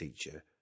teacher